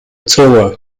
tower